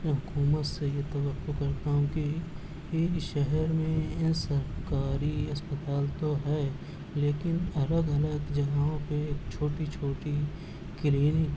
میں حکومت سے یہ توقع کرتا ہوں کہ ان شہر میں سرکاری اسپتال تو ہے لیکن الگ الگ جگہوں پہ ایک چھوٹی چھوٹی کلینک